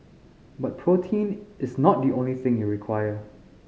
but protein is not the only thing you require